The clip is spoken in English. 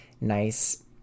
nice